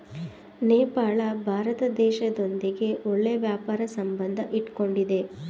ನೇಪಾಳ ಭಾರತ ದೇಶದೊಂದಿಗೆ ಒಳ್ಳೆ ವ್ಯಾಪಾರ ಸಂಬಂಧ ಇಟ್ಕೊಂಡಿದ್ದೆ